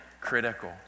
critical